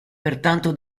pertanto